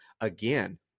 again